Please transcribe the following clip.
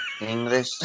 English